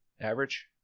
average